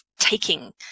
taking